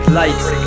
lights